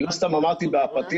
אני לא סתם אמרתי בפתיח,